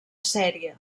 sèrie